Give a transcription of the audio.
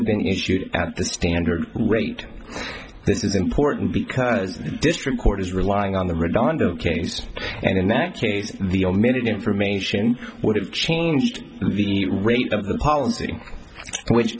have been issued at the standard rate this is important because the district court is relying on the redondo case and in that case the omitted information would have changed the rate of the policy which